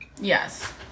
yes